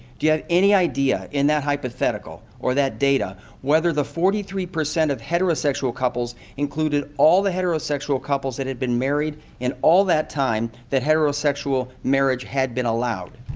do you have any idea in that hypothetical or that data whether the forty three percent of heterosexual couples included all the heterosexual couples that had been married in all the time that heterosexual marriage had been allowed?